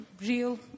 real